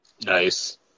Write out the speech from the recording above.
Nice